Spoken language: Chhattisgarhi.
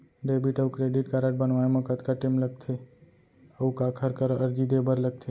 डेबिट अऊ क्रेडिट कारड बनवाए मा कतका टेम लगथे, अऊ काखर करा अर्जी दे बर लगथे?